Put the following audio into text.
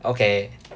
okay